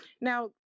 Now